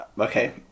Okay